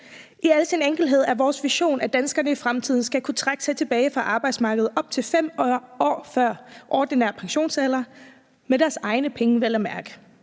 I al sin enkelhed er vores vision, at danskerne i fremtiden skal kunne trække sig tilbage fra arbejdsmarkedet op til 5 år før ordinær pensionsalder, vel at mærke